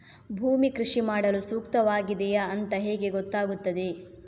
ಭೂಮಿ ಕೃಷಿ ಮಾಡಲು ಸೂಕ್ತವಾಗಿದೆಯಾ ಅಂತ ಹೇಗೆ ಗೊತ್ತಾಗುತ್ತದೆ?